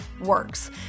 works